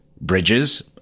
Bridges